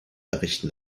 errichten